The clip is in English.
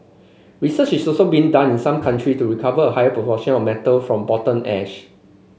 research is also being done in some country to recover a higher proportion of metal from bottom ash